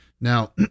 Now